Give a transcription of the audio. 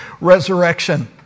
resurrection